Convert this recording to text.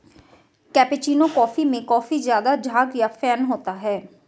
cappuccino coffee में काफी ज़्यादा झाग या फेन होता है